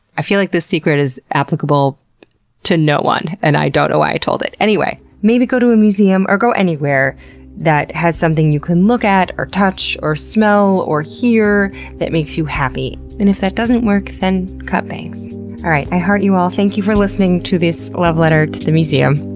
i feel like the secret is applicable to no one, and i don't know why i told it. anyway, maybe go to a museum, or go anywhere that has something you can look at, or touch, or smell, or hear that makes you happy. and if that doesn't work, then cut bangs. all right, i heart you all. thank you for listening to this love letter to the museum.